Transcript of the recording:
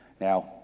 Now